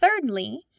thirdly